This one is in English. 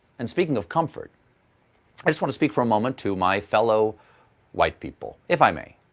and speaking of comfort i just want to speak for a moment to my fellow white people, if i may.